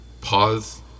pause